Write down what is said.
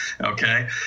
Okay